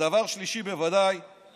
ודבר שלישי, אל